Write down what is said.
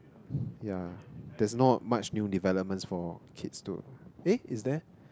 yeah there's not much new developments for kids to eh is there